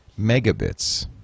megabits